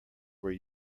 were